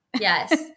Yes